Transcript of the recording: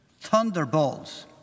Thunderbolts